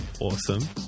Awesome